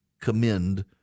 commend